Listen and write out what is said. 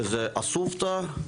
שזה אסופתא,